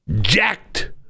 jacked